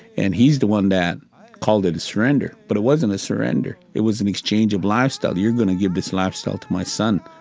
and he's the one that called it a surrender, but it wasn't a surrender. it was an exchange of lifestyle. you're going to give this lifestyle to my son,